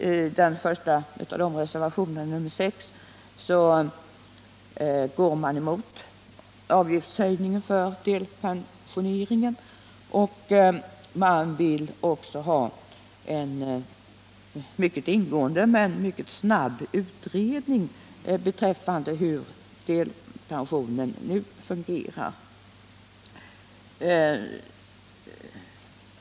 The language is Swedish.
I den första av de reservationerna, nr 6, går man emot avgiftshöjningen för delpensioneringen och vill ha en mycket ingående men också mycket snabb utredning beträffande hur delpensioneringen nu fungerar.